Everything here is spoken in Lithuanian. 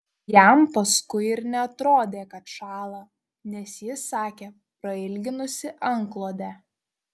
jam paskui ir neatrodė kad šąla nes ji sakė prailginusi antklodę